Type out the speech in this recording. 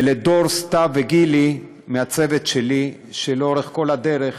ולדור, סתיו וגילי מהצוות שלי, שלאורך כל הדרך